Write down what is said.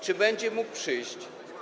Czy będzie mógł przyjść?